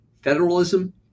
federalism